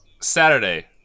Saturday